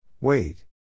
Wait